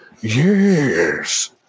Yes